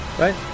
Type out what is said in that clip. right